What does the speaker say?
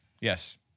Yes